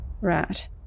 Right